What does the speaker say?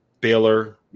Baylor